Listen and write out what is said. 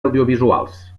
audiovisuals